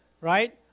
Right